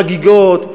חגיגות.